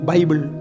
Bible